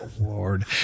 lord